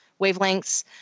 wavelengths